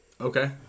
Okay